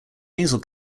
nasal